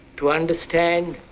to understand